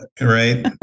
right